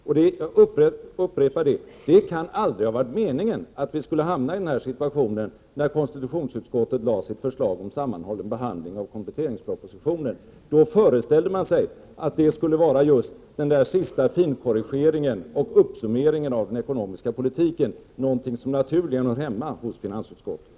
Jag upprepar: När konstitutionsutskottet lade fram sitt förslag om en sammanhållen behandling av kompletteringspropositionen kan det aldrig ha varit meningen att vi skulle hamna i den här situationen. Då föreställde man sig att behandlingen i finansutskottet skulle vara den sista finkorrigeringen och summeringen av den ekonomiska politiken, något som naturligen hör hemma hos finansutskottet.